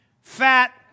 fat